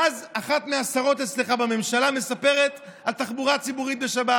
ואז אחת מהשרות אצלך בממשלה מספרת על התחבורה הציבורית בשבת,